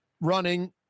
running